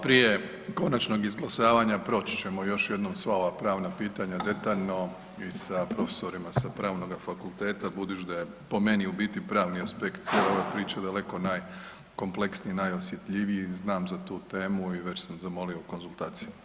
Prije konačnog izglasavanja proći ćemo još jednom sva ova pravna pitanja detaljno i sa profesorima sa pravnog fakulteta, budući da je po meni u biti pravni aspekt sve ove priče daleko najkompleksniji, najosjetljiviji, znam za tu temu i već sam zamolio konzultacije.